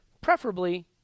Preferably